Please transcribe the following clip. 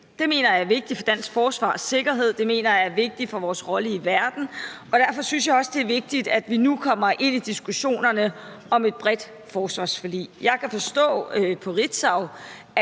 Det mener jeg er vigtigt for dansk forsvar og sikkerhed, det mener jeg er vigtigt for vores rolle i verden, og derfor synes jeg også det vigtigt, at vi nu kommer ind i diskussionerne om et bredt forsvarsforlig. Jeg kan forstå på Ritzau,